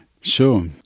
sure